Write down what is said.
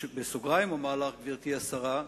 בסוגריים אומר לך, גברתי השרה,